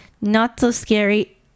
Not-so-scary